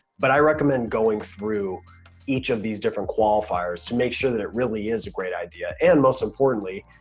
but i recommend going through each of these different qualifiers to make sure that it really is a great idea. and most importantly,